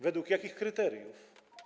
Według jakich kryteriów?